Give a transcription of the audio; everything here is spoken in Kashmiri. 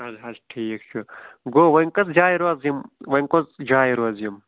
اَدٕ حظ ٹھیٖک چھُ گوٚو وۄنۍ کٔژ جایہِ روزٕ یِم وۄنۍ کٔژ جایہِ روزٕ یِم